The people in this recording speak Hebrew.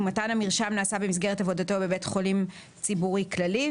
ומתן המרשם נעשה במסגרת עבודתו בבית חולים ציבורי כללי.